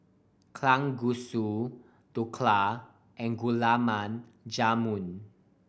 Kalguksu Dhokla and Gulab Jamun